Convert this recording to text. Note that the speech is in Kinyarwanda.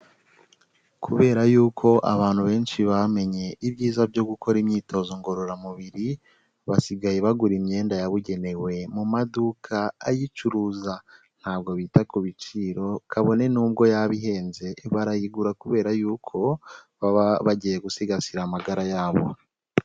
Kubera yuko abantu benshi bamenye ibyiza byo gukora imyitozo ngororamubiri, basigaye bagura imyenda yabugenewe mu maduka ayicuruza. Ntabwo bita ku biciro kabone n'ubwo yaba ihenze barayigura kubera yuko baba bagiye gusigasira amagara yabo.